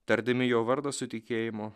tardami jo vardą su tikėjimu